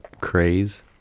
craze